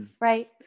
right